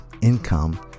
income